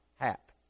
Hap